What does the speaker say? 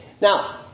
Now